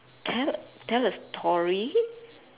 tell tell a story